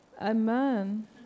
Amen